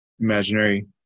imaginary